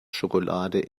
schokolade